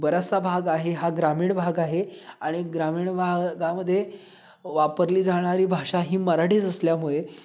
बराचसा भाग आहे हा ग्रामीण भाग आहे आणि ग्रामीण भागामध्ये वापरली जाणारी भाषा ही मराठीच असल्यामुळे